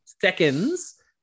seconds